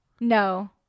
No